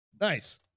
Nice